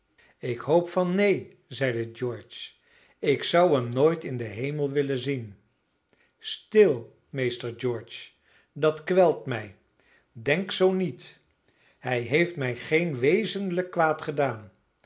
ik hoop van neen zeide george ik zou hem nooit in den hemel willen zien stil meester george dat kwelt mij denk zoo niet hij heeft mij geen wezenlijk kwaad